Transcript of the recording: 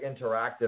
Interactive